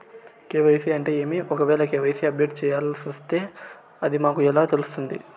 KYC అంటే ఏమి? ఒకవేల కె.వై.సి అప్డేట్ చేయాల్సొస్తే అది మాకు ఎలా తెలుస్తాది?